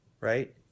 right